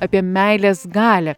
apie meilės galią